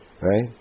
right